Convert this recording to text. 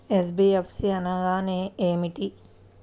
NBFC అనగా ఏమిటీ?